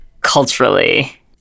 culturally